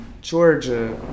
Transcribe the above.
Georgia